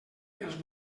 els